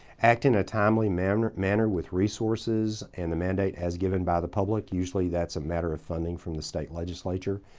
act in a timely manner manner with resources and the mandate as given by the public. usually that's matter of funding from the state legislature.